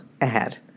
ahead